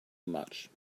much